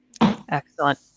Excellent